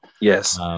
yes